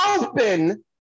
open